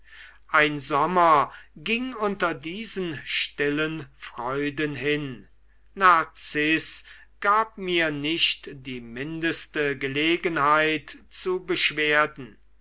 ein sommer ging unter diesen stillen freuden hin narziß gab mir nicht die mindeste gelegenheit zu beschwerden